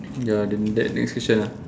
ya then that next question ah